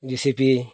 JCB